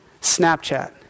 Snapchat